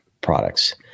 products